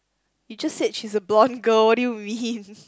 you just said she's a blonde girl what do you mean